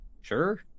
Sure